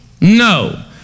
No